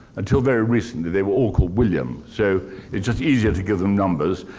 until very recently, they were all called william. so it's just easier to give them numbers.